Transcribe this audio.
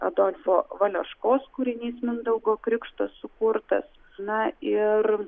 adolfo valeškos kūrinys mindaugo krikštas sukurtas na ir